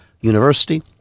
University